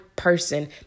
Person